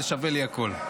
זה שווה לי הכול.